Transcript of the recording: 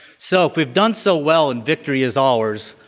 so if we've done so well and victory is ours,